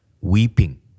weeping